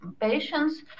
patients